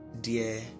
dear